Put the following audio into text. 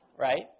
Right